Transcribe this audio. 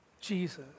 Jesus